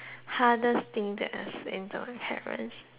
thing to ask from my parents